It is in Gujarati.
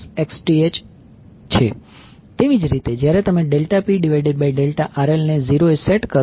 તેવી જ રીતે જ્યારે તમે ∆P ∆RL ને 0 એ સેટ કરો